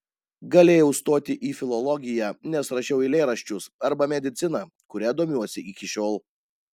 galėjau stoti į filologiją nes rašiau eilėraščius arba mediciną kuria domiuosi iki šiol